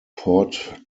port